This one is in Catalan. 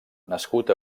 nascut